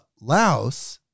Laos